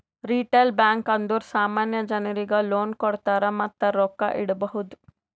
retail bank ಅಂದುರ್ ಸಾಮಾನ್ಯ ಜನರಿಗ್ ಲೋನ್ ಕೊಡ್ತಾರ್ ಮತ್ತ ರೊಕ್ಕಾ ಇಡ್ಬೋದ್